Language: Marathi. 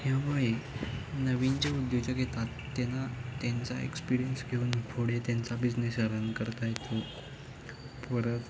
ह्यामुळे नवीन जे उद्योजक घेतात त्यांना त्यांचा एक्सपिरियन्स घेऊन पुढे त्यांचा बिझनेस रन करता येतो परत